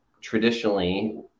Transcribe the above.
traditionally